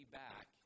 back